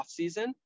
offseason